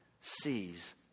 sees